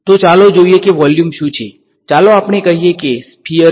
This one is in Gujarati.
તો ચાલો જોઈએ કે વોલ્યુમ શું છે ચાલો આપણે કહીએ કે સ્ફીયર લો